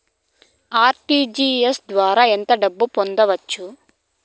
RTGS ద్వారా ఎంత డబ్బు పంపొచ్చు?